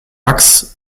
max